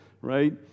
right